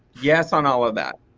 yes on all of that.